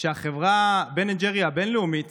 שהחברה בן אנד ג'ריס הבין-לאומית